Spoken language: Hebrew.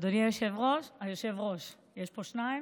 אדוני היושב-ראש והיושב-ראש, יש פה שניים.